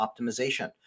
optimization